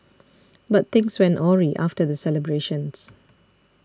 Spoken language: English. but things went awry after the celebrations